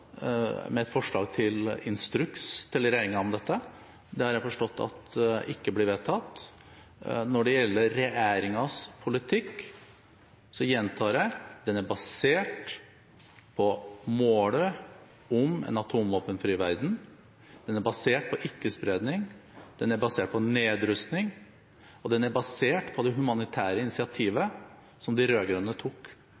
med et forslag til instruks til regjeringen om dette. Det har jeg forstått at ikke blir vedtatt. Når det gjelder regjeringens politikk, gjentar jeg: Den er basert på målet om en atomvåpenfri verden, den er basert på ikke-spredning, den er basert på nedrustning, og den er basert på det humanitære initiativet som de rød-grønne tok